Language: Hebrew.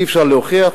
אי-אפשר להוכיח,